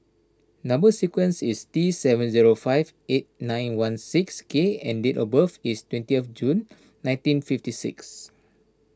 Number Sequence is T seven zero five eight nine one six K and date of birth is twentieth June nineteen fifty six